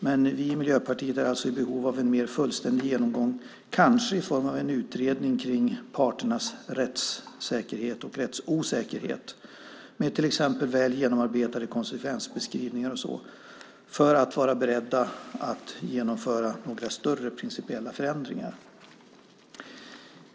Men vi i Miljöpartiet är alltså i behov av en mer fullständig genomgång, kanske i form av en utredning kring parternas rättssäkerhet och rättsosäkerhet med till exempel väl genomarbetade konsekvensbeskrivningar, för att vara beredda att genomföra större principiella förändringar.